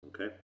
okay